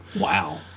Wow